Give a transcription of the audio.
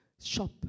shop